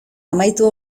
amaitu